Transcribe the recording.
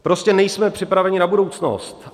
Prostě nejsme připraveni na budoucnost.